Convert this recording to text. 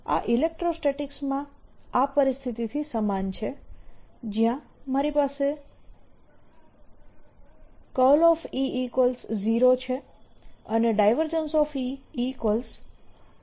આ ઇલેક્ટ્રોસ્ટેટીક્સ માં આ પરિસ્થિતિથી સમાન છે જ્યાં મારી પાસે E 0 છે અને